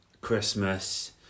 Christmas